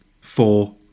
four